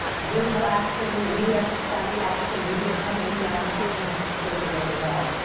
visible action, media-savvy action, media-attention-grabbing action was the way to go.